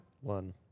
One